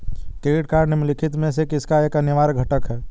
Credit card निम्नलिखित में से किसका एक अनिवार्य घटक है?